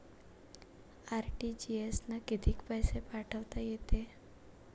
RTGS न कितीक पैसे पाठवता येते?